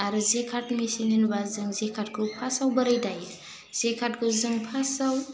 आरो जेकाट मे चिन होनोबा जों जेकाटखौ फासआव बोरै दायो जेकाटखौ जोङो फासआव